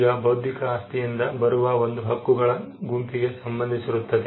ಈಗ ಇದು ಬೌದ್ಧಿಕ ಆಸ್ತಿಯಿಂದ ಬರುವ ಒಂದು ಹಕ್ಕುಗಳ ಗುಂಪಿಗೆ ಸಂಬಂಧಿಸಿರುತ್ತದೆ